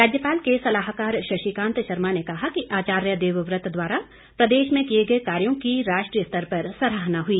राज्यपाल के सलाहकार शशीकांत शर्मा ने कहा कि आचार्य देवव्रत द्वारा प्रदेश में किए गए कार्यो की राष्ट्रीय स्तर पर सराहना हुई